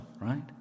right